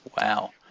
Wow